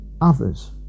others